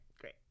great